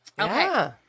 Okay